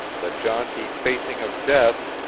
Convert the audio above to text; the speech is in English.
the jaunty facing of death,